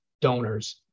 donors